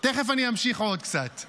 תכף אני אמשיך עוד קצת.